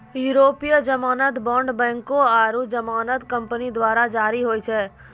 यूरोपीय जमानत बांड बैंको आरु जमानत कंपनी द्वारा जारी होय छै